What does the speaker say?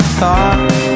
thought